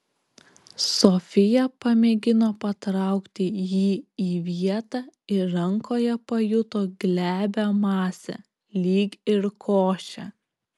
sofija pamėgino patraukti jį į vietą ir rankoje pajuto glebią masę lyg ir košę